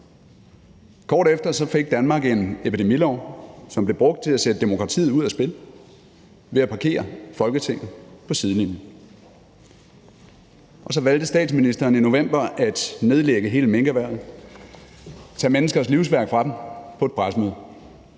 Kort efter fik Danmark en epidemilov, som blev brugt til at sætte demokratiet ud af spil ved at parkere Folketinget på sidelinjen. Og så valgte statsministeren i november at nedlægge hele minkerhvervet, tage menneskers livsværk fra dem på et pressemøde